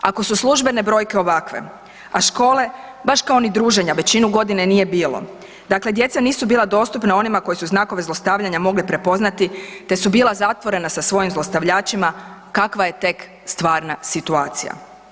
Ako su službene brojke ovakve, a škole, baš kao ni druženja, većinu godine nije bilo, dakle djeca nisu bila dostupna onima koji su znakove zlostavljanja mogli prepoznati te su bila zatvorena sa svojim zlostavljačima, kakva je tek stvarna situacija?